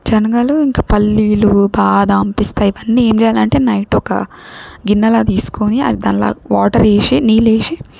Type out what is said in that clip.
చెనగలు ఇంకా పల్లీలు బాదాం పిస్తా ఇవన్నీ ఏమి చేయాలంటే నైట్ ఒక గిన్నెలో తీసుకోని అవి దానిలోకి వాటర్ వేసి నీళ్ళు వేసి